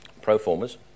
proformers